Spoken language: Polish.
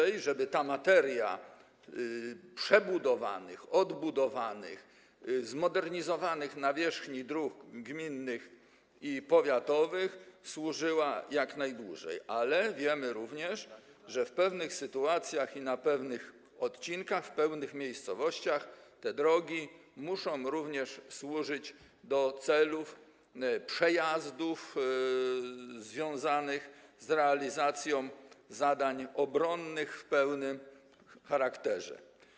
Chodzi o to, żeby ta materia przebudowanych, odbudowanych, zmodernizowanych nawierzchni dróg gminnych i powiatowych służyła jak najdłużej, ale wiemy również, że w pewnych sytuacjach i na pewnych odcinkach, w pewnych miejscowościach te drogi muszą również służyć do celów przejazdów związanych z realizacją zadań obronnych w pełnym charakterze.